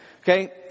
Okay